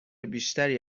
بیشتری